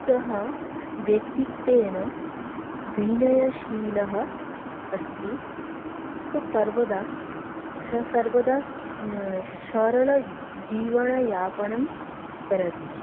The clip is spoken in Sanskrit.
सः व्यक्तित्वेन विनयशीलः अस्ति सः सर्वदा सः सर्वदा सरलजीवनयापनं करोति